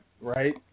Right